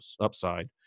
upside